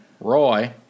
Roy